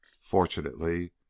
Fortunately